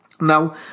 now